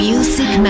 Music